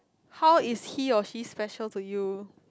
how is he or she special to you